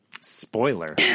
Spoiler